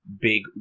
big